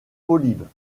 polybe